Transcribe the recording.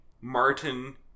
Martin